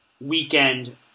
weekend